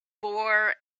bore